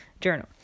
journal